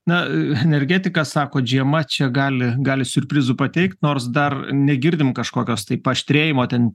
na energetika sakot žiema čia gali gali siurprizų pateikt nors dar negirdim kažkokios tai paaštrėjimo ten